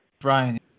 Brian